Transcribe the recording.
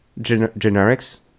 generics